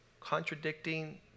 contradicting